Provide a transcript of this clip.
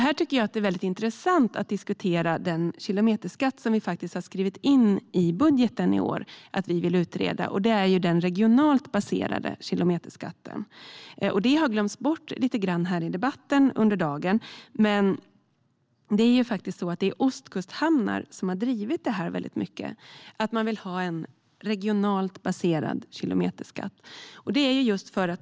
Här tycker jag att det är väldigt intressant att diskutera den kilometerskatt som vi har skrivit in i budgeten för i år att vi vill utreda. Det är den regionalt baserade kilometerskatten. Det har glömts bort lite grann här i debatten under dagen, men det är faktiskt så att det är ostkusthamnar som har drivit hårt att man vill ha en regionalt baserad kilometerskatt.